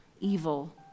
evil